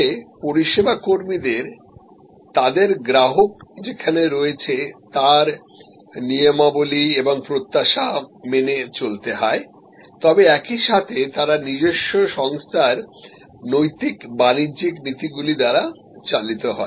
তবে পরিষেবা কর্মীদের তাদের গ্রাহক যেখানে রয়েছে তার নিয়মাবলী এবং প্রত্যাশা মেনে চলতে হয় তবে একই সাথে তারা নিজস্ব সংস্থার নৈতিক বাণিজ্যিক নীতিগুলি দ্বারা চালিত হয়